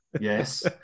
yes